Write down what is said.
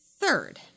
Third